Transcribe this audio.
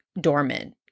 dormant